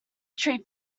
tree